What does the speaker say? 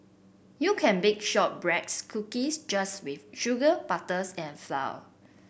you can bake shortbreads cookies just with sugar butters and flour